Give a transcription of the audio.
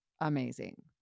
amazing